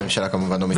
הממשלה לא מתנגדת.